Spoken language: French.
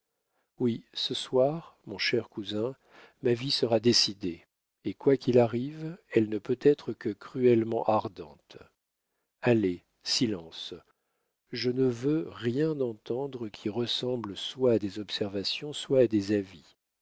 oui ce soir mon cher cousin ma vie sera décidée et quoi qu'il arrive elle ne peut être que cruellement ardente allez silence je ne veux rien entendre qui ressemble soit à des observations soit à des avis